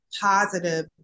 positive